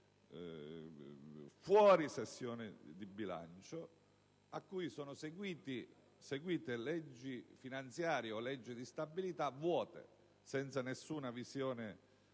della sessione di bilancio, a cui sono seguite leggi finanziarie o di stabilità vuote, senza alcuna visione